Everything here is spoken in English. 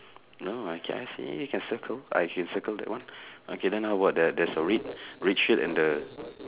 no okay I see can circle I can circle that one okay then how about the there's a red red shirt and the